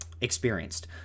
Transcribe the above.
Experienced